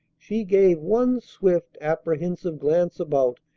she gave one swift, apprehensive glance about,